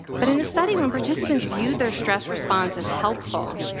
but in the study, when participants viewed their stress response as helpful,